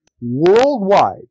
worldwide